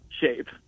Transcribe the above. shape